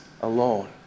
alone